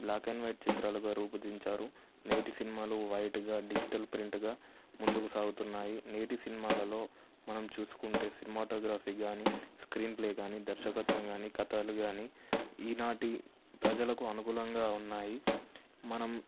black and white చిత్రాలుగా రూపొందించారు నేటి సినిమాలు వైట్గా డిజిటల్ ప్రింట్గా ముందుకు సాగుతున్నాయి నేటి సినిమాలలో మనం చూసుకుంటే సినిమాటోగ్రఫీ కానీ స్క్రీన్ప్లే కానీ దర్శకత్వం కానీ కథలు కానీ ఈనాటి ప్రజలకు అనుగుణంగా ఉన్నాయి మనం